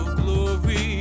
glory